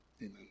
Amen